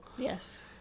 Yes